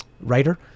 writer